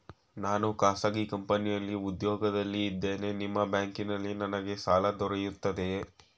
ನಾನು ಖಾಸಗಿ ಕಂಪನಿಯಲ್ಲಿ ಉದ್ಯೋಗದಲ್ಲಿ ಇದ್ದೇನೆ ನಿಮ್ಮ ಬ್ಯಾಂಕಿನಲ್ಲಿ ನನಗೆ ಸಾಲ ದೊರೆಯುತ್ತದೆಯೇ?